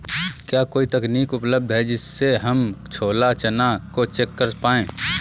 क्या कोई तकनीक उपलब्ध है जिससे हम छोला चना को चेक कर पाए?